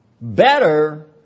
better